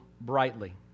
brightly